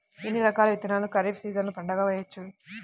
ఎన్ని రకాల విత్తనాలను ఖరీఫ్ సీజన్లో పంటగా వేయచ్చు?